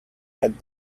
had